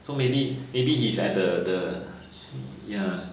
so maybe maybe he's at the the ya